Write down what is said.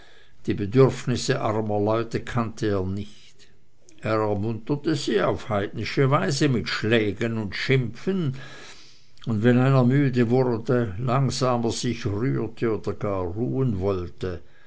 die bedürfnisse armer leute kannte er nicht er ermunterte sie auf heidnische weise mit schlägen und schimpfen und wenn einer müde wurde langsamer sich rührte oder gar ruhen wollte